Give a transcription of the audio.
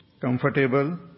comfortable